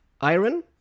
iron